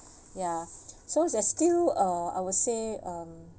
ya so there's still uh I would say um